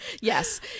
yes